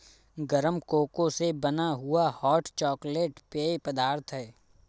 गरम कोको से बना हुआ हॉट चॉकलेट पेय पदार्थ है